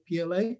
PLA